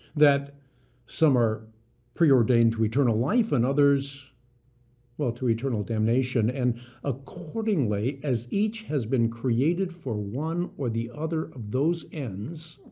that some are preordained to eternal life, and others to eternal damnation. and accordingly, as each has been created for one or the other of those ends,